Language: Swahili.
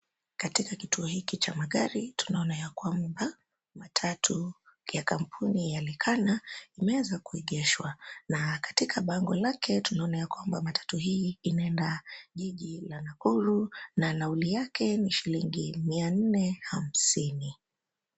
Katika kituo hiki cha magari tunaona ya kwamba matatu ya kampuni ya Naekana imeweza kuengeshwa, na katika bango lake tunaona ya kwamba matatu hii inaenda jiji la Nakuru na nauli yake ni shilingi mia nne hamsini.